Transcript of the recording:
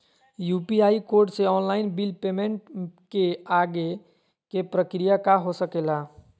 UPI code से online bill payment के आगे के प्रक्रिया का हो सके ला?